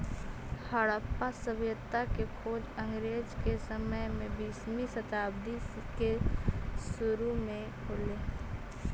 हड़प्पा सभ्यता के खोज अंग्रेज के समय में बीसवीं शताब्दी के सुरु में हो ले